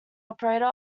operator